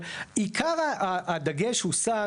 אבל עיקר הדגש הושם,